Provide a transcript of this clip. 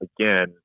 again